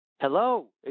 hello